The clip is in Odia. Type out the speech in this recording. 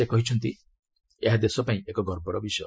ସେ କହିଛନ୍ତି ଏହା ଦେଶ ପାଇଁ ଏକ ଗର୍ବର ବିଷୟ